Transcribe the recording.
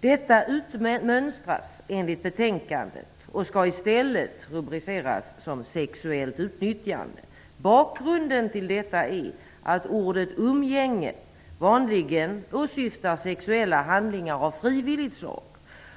Detta utmönstras enligt betänkandet och skall i stället rubriceras som sexuellt utnyttjande. Bakgrunden till detta är att ordet umgänge vanligen åsyftar sexuella handlingar av frivilligt slag.